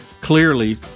Clearly